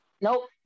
Nope